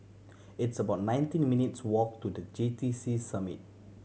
it's about nineteen minutes' walk to The J T C Summit